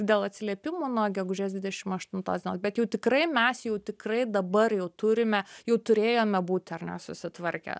dėl atsiliepimų nuo gegužės dvidešim aštuntos dienos bet jau tikrai mes jau tikrai dabar jau turime jau turėjome būti ar ne susitvarkę